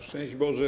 Szczęść Boże!